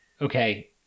Okay